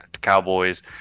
Cowboys